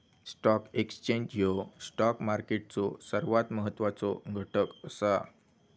stock exchange ह्यो stock मार्केटचो सर्वात महत्वाचो घटक असा